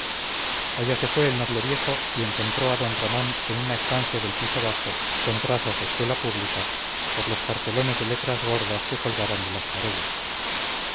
allá se fue el noble viejo y encontró a d ramón en una estancia del piso bajo con trazas de escuela pública por los cartelones de letras gordas que colgaban de las paredes